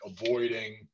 avoiding